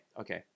okay